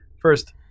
First